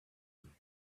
him